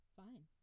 fine